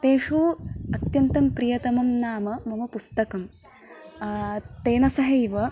तेषु अत्यन्तं प्रियतमं नाम मम पुस्तकं तेन सहैव